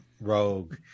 rogue